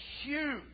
huge